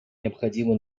необходимы